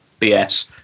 BS